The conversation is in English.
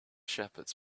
shepherds